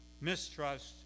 mistrust